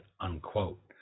unquote